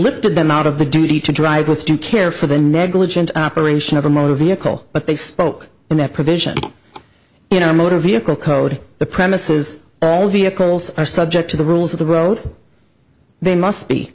lifted them out of the duty to drive with due care for the negligent operation of a motor vehicle but they spoke in that provision you know motor vehicle code the premises all vehicles are subject to the rules of the road they must be